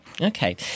Okay